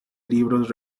libros